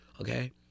okay